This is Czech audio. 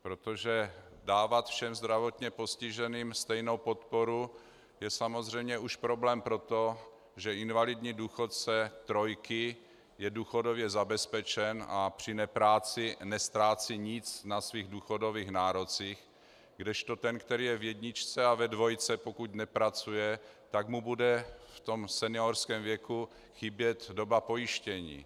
Protože dávat všem zdravotně postiženým stejnou podporu je samozřejmě problém už proto, že invalidní důchodce trojky je důchodově zabezpečen a při nepráci neztrácí nic na svých důchodových nárocích, kdežto ten, který je v jedničce a ve dvojce, pokud nepracuje, tak mu bude v seniorském věku chybět doba pojištění.